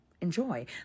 Enjoy